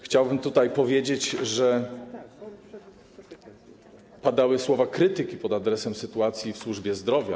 Chciałbym tutaj powiedzieć, że padały słowa krytyki pod adresem sytuacji w służbie zdrowia.